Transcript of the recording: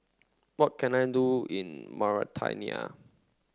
what can I do in Mauritania